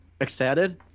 Excited